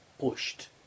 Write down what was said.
pushed